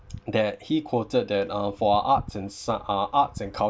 that he quoted that uh for arts and scie~ uh arts and